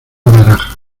baraja